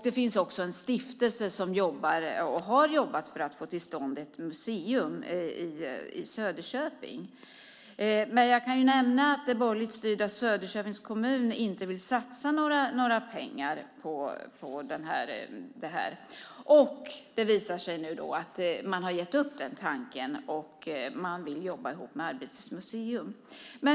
Det finns också en stiftelse som jobbar och har jobbat för att få till stånd ett museum i Söderköping. Men jag kan nämna att den borgerligt styrda Söderköpings kommun inte vill satsa några pengar på detta, och det visar sig nu att man har gett upp den tanken och att man vill jobba ihop med Arbetets museum.